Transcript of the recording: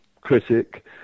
critic